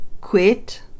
quit